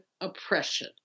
oppression